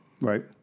Right